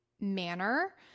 manner